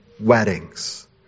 weddings